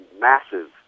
massive